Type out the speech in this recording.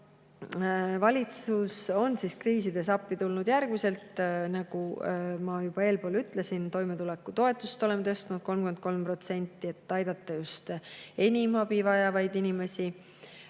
Valitsus on kriisides appi tulnud järgmiselt. Ma juba eespool ütlesin, et toimetulekutoetust oleme tõstnud 33%, et aidata just enim abi vajavaid inimesi.